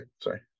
Sorry